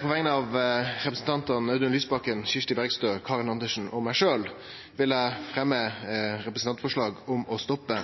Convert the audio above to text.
På vegner av representantane Audun Lysbakken, Kirsti Bergstø, Karin Andersen og meg sjølv vil eg fremje representantforslag om å stoppe